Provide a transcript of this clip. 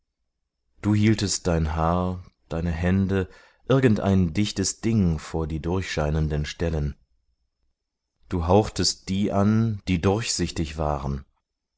du hieltest dein haar deine hände irgendein dichtes ding vor die durchscheinenden stellen du hauchtest die an die durchsichtig waren